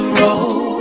roll